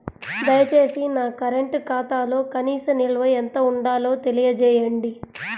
దయచేసి నా కరెంటు ఖాతాలో కనీస నిల్వ ఎంత ఉండాలో తెలియజేయండి